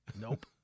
Nope